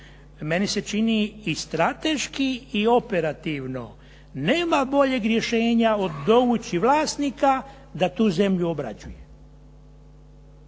meni se čini i strateški i operativno nema boljeg rješenja od dovući vlasnika da tu zemlju obrađuje